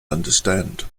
understand